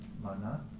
Mana